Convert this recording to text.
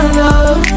love